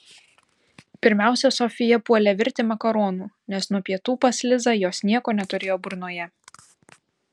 pirmiausia sofija puolė virti makaronų nes nuo pietų pas lizą jos nieko neturėjo burnoje